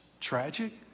tragic